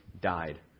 died